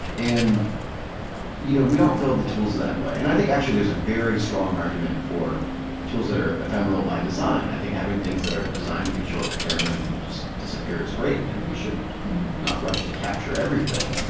and you know we don't build the tools that way. and i think, actually, there's a very strong argument for tools that are ephemeral by design. i think having things that are designed to be short-term and just disappear is great, and we should not just rush to capture everything.